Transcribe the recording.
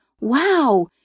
wow